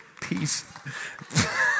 peace